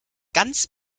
ganz